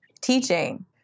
teaching